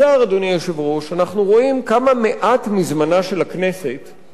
אנחנו רואים כמה מעט מזמנה של הכנסת מוקדש לשאלות כאלה.